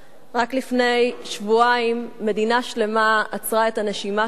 רק לפני שבועיים מדינה שלמה עצרה את הנשימה שלה,